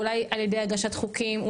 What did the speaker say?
אולי על ידי הגשת חוקים,